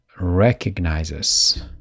recognizes